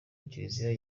kiliziya